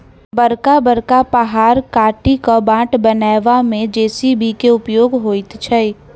बड़का बड़का पहाड़ काटि क बाट बनयबा मे जे.सी.बी के उपयोग होइत छै